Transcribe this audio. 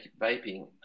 vaping